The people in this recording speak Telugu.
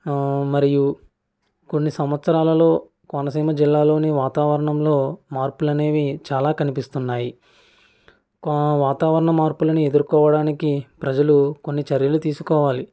మరియు కొన్ని సంవత్సరాలలో కోనసీమ జిల్లాలోని వాతావరణంలో మార్పులనేవి చాలా కనిపిస్తున్నాయి కొ వాతావరణ మార్పులను ఎదుర్కోవడానికి ప్రజలు కొన్ని చర్యలు తీసుకోవాలి